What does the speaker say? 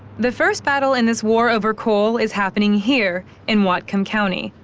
the first battle in this war over coal is happening here in whatcom county,